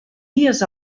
dies